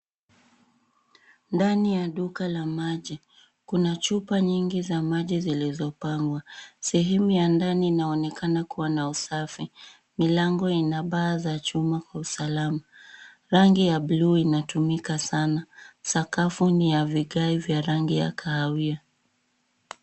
Ndani ya duka la maji. Kuna chupa nyingi za maji zilizopangwa. Sehemu ya ndani inaonekana kuwa na usafi. Milango ina bar za chuma kwa usalama. Rangi ya bluu inatumika sana, sakafu ni ya vigae vya rangi ya kahawia.